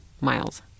miles